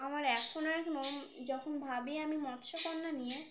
আমার এখনও এখনও যখন ভাবি আমি মৎস্যকন্যা নিয়ে